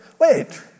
wait